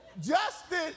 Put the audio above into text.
Justin